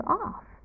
off